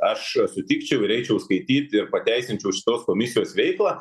aš sutikčiau ir eičiau skaityt ir pateisinčiau šitos komisijos veiklą